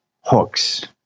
hooks